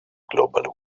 global